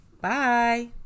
Bye